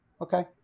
Okay